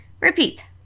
Repeat